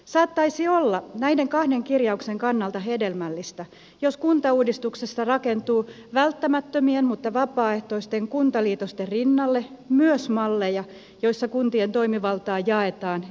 saattaisi olla näiden kahden kirjauksen kannalta hedelmällistä jos kuntauudistuksessa rakentuu välttämättömien mutta vapaaehtoisten kuntaliitosten rinnalle myös malleja joissa kuntien toimivaltaa jaetaan ennakkoluulottomalla tavalla